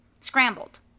scrambled